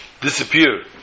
disappear